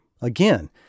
again